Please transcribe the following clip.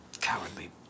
cowardly